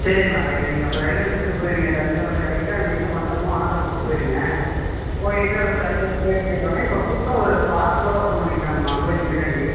சரிம்மா ரைட் நீங்கள் அப்போ ரயில்வே ஸ்டேஷன்க்கு போய்ருவிங்க தஞ்சாவூரில் இறங்கிவிட்டு அங்கே எங்கே மண்டபமோ ஆட்டோ பிடிச்சு போய்டுங்க போய்ட்டு அப்படியே தஞ்சாவூர் கோயிலுக்கு போய்ட்டு வாங்க இப்போ புதுசாக ஒரு பார்க் கூட ஓபன் பண்ணியிருக்காங்கம்மா கோயிலுக்கு பின்னாடி